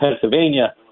Pennsylvania